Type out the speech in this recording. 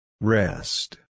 Rest